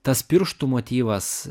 tas pirštų motyvas